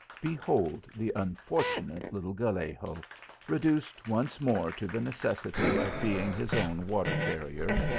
behold the unfortunate little gallego reduced once more to the necessity of being his own water carrier,